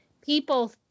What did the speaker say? people